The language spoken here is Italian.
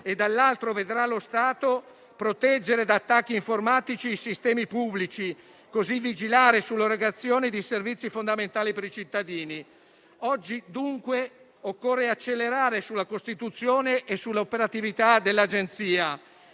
dall'altro, vedrà lo Stato proteggere da attacchi informatici i sistemi pubblici, vigilando così sull'erogazione di servizi fondamentali per i cittadini. Oggi occorre dunque accelerare sulla costituzione e sulla operatività dell'Agenzia,